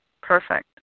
Perfect